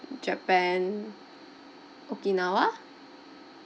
japan okinawa